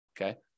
okay